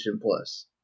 Plus